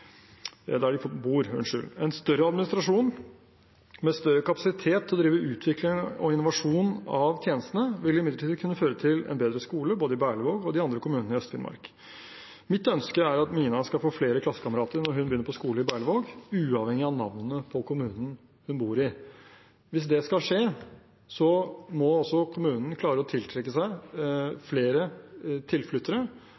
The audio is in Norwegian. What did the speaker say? bor. En større administrasjon med større kapasitet til å drive utvikling og innovasjon av tjenestene vil imidlertid kunne føre til en bedre skole både i Berlevåg og de andre kommunene i Øst-Finnmark. Mitt ønske er at Mina skal få flere klassekamerater når hun begynner på skole i Berlevåg, uavhengig av navnet på kommunen hun bor i. Hvis det skal skje, må også kommunen klare å tiltrekke seg